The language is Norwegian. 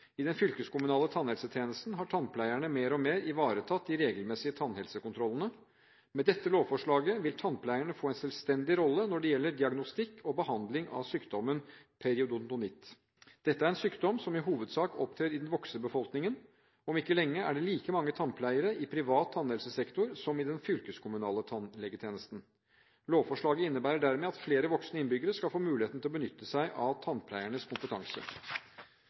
I den fylkeskommunale tannhelsetjenesten har tannpleierne mer og mer ivaretatt de regelmessige tannhelsekontrollene. Med dette lovforslaget vil tannpleierne få en selvstendig rolle når det gjelder diagnostikk og behandling av sykdommen periodontitt. Dette er en sykdom som i hovedsak opptrer i den voksne befolkningen. Om ikke lenge er det like mange tannpleiere i privat tannhelsesektor som i den fylkeskommunale tannhelsetjenesten. Lovforslaget innebærer dermed at flere voksne innbyggere skal få muligheten til å benytte seg av tannpleiernes kompetanse.